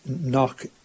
Knock